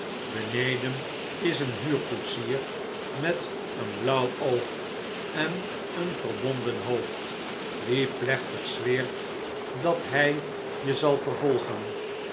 beneden is een huurkoetsier met een blauw oog en een verbonden hoofd die plechtig zweert dat hij je zal vervolgen